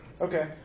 Okay